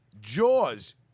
Jaws